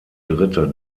dritte